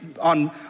on